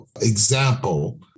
example